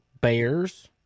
Bears